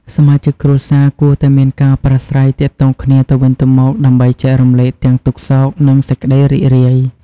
សមាជិកគ្រួសារគួរតែមានការប្រាស្រ័យគ្នាទៅវិញទៅមកដើម្បីចែករំលែកទាំងទុក្ខសោក និងសេចក្តីរីករាយ។